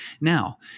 Now